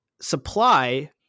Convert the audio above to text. supply